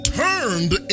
turned